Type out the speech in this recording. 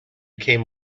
came